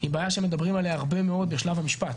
היא בעיה שמדברים עליה הרבה מאוד בשלב המשפט